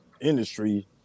industry